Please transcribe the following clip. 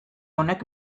honek